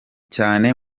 cyane